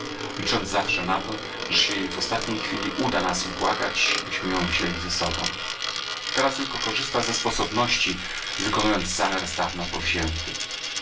licząc zawsze na to że się jej w ostatniej chwili uda nas ubłagać byśmy ją wzięli ze sobą teraz tylko korzysta ze sposobności wykonując zamiar z dawna powzięty